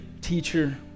teacher